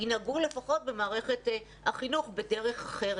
ינהגו לפחות במערכת החינוך בדרך אחרת.